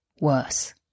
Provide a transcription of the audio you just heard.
worse